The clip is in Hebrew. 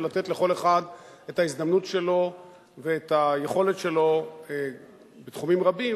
ולתת לכל אחד את ההזדמנות שלו ואת היכולת שלו בתחומים רבים,